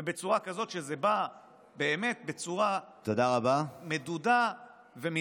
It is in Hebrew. ובצורה כזאת שזה בא באמת בצורה מדודה ומינימלית.